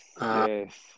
Yes